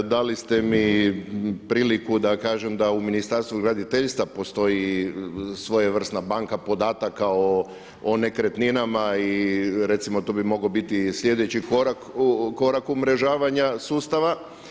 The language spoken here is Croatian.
Dali ste mi priliku da kažem da u Ministarstvu graditeljstva postoji svojevrsna banka podataka o nekretninama i recimo to bi mogao biti sljedeći korak umrežavanja sustava.